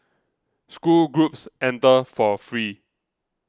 school groups enter for free